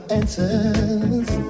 answers